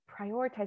prioritize